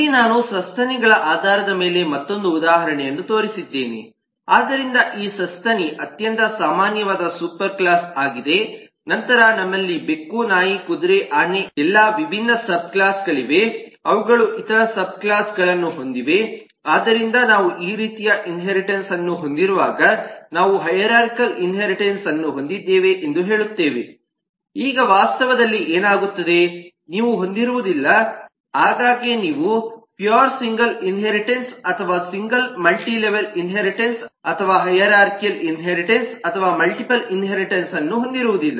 ಇಲ್ಲಿ ನಾನು ಸಸ್ತನಿಗಳ ಆಧಾರದ ಮೇಲೆ ಮತ್ತೊಂದು ಉದಾಹರಣೆಯನ್ನು ತೋರಿಸಿದ್ದೇನೆ ಆದ್ದರಿಂದ ಈ ಸಸ್ತನಿ ಅತ್ಯಂತ ಸಾಮಾನ್ಯವಾದ ಸೂಪರ್ ಕ್ಲಾಸ್ಆಗಿದೆ ನಂತರ ನಮ್ಮಲ್ಲಿ ಬೆಕ್ಕು ನಾಯಿ ಕುದುರೆ ಆನೆ ಎಲ್ಲಾ ವಿಭಿನ್ನ ಸಬ್ ಕ್ಲಾಸ್ಗಳಿವೆ ಅವುಗಳು ಇತರ ಸಬ್ ಕ್ಲಾಸ್ಗಳನ್ನು ಹೊಂದಿವೆ ಆದ್ದರಿಂದ ನಾವು ಈ ರೀತಿಯ ಇನ್ಹೇರಿಟನ್ಸ್ ಸ್ಟ್ರಕ್ಚರ್ಅನ್ನು ಹೊಂದಿರುವಾಗ ನಾವು ಹೈರಾರ್ಖಾಲ್ ಇನ್ಹೇರಿಟನ್ಸ್ಅನ್ನು ಹೊಂದಿದ್ದೇವೆ ಎಂದು ಹೇಳುತ್ತೇವೆ ಈಗ ವಾಸ್ತವದಲ್ಲಿ ಏನಾಗುತ್ತದೆ ನೀವು ಹೊಂದಿರುವುದಿಲ್ಲ ಆಗಾಗ್ಗೆ ನೀವು ಪ್ಯೂರ್ ಸಿಂಗಲ್ ಇನ್ಹೇರಿಟನ್ಸ್ ಅಥವಾ ಸಿಂಗಲ್ ಮಲ್ಟಿಲೆವೆಲ್ ಇನ್ಹೇರಿಟನ್ಸ್ ಅಥವಾ ಹೈರಾರ್ಖಾಲ್ ಇನ್ಹೇರಿಟನ್ಸ್ ಅಥವಾ ಮಲ್ಟಿಪಲ್ ಇನ್ಹೇರಿಟನ್ಸ್ಅನ್ನು ಹೊಂದಿರುವುದಿಲ್ಲ